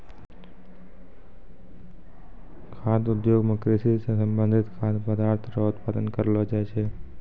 खाद्य उद्योग मे कृषि से संबंधित खाद्य पदार्थ रो उत्पादन करलो जाय छै